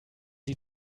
sie